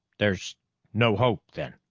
there's no hope, then?